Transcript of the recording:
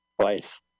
twice